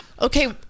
Okay